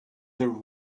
there